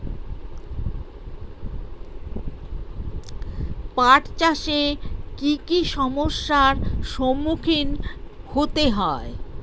পাঠ চাষে কী কী সমস্যার সম্মুখীন হতে হয়?